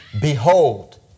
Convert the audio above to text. Behold